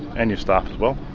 and your staff as well.